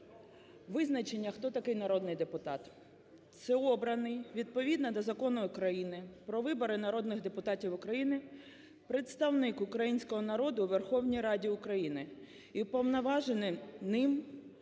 Визначення, хто такий "народний депутат". Це обраний відповідно до Закону України "Про вибори народних депутатів України" представник українського народу у Верховній Раді України і уповноважений ним